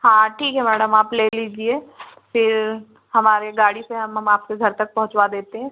हाँ ठीक है मैडम आप ले लीजिए फिर हमारे गाड़ी से हम आपके घर तक पहुँचता देते हैं